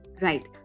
Right